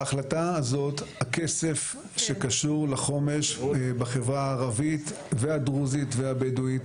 בהחלטה הזאת הכסף שקשור לחומש בחברה הערבית והדרוזית והבדואית,